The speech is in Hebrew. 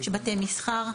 יש בתי מסחר,